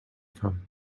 from